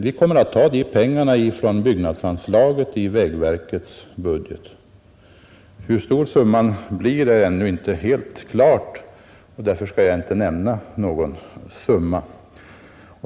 Vi kommer att ta pengarna från byggnadsanslaget i vägverkets budget. Hur stor summan blir är ännu inte helt klart, och därför kan jag inte nämna någon summa.